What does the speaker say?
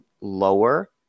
lower